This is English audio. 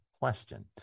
question